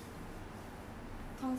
通常 seven